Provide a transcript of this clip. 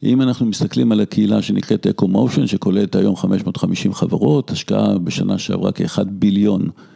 אם אנחנו מסתכלים על הקהילה שנקראת EcoMotion, שכולל את היום 550 חברות, השקעה בשנה שעברה כ-1 ביליון.